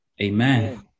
Amen